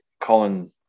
Colin